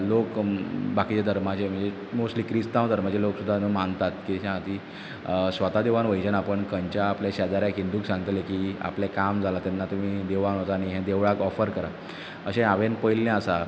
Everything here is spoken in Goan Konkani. लोक बाकीचे धर्माचे म्हणजे मोस्टली क्रिस्तांव धर्माचे लोक सुद्दां न्हू मानतात अश्या खातीर स्वता देवळान वयचेना पण खंयच्या आपल्या शेजाऱ्यांक हिंदूक सांगतले की आपलें काम जालां तेन्ना तुमी देवळान वचा आनी हें देवळान ऑफर करा अशें हांवेन पयल्लें आसा